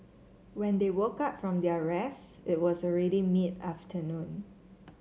when they woke up from their rest it was already mid afternoon